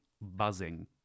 Buzzing